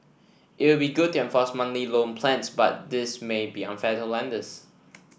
it would be good to enforce monthly loan plans but this may be unfair to lenders